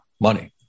money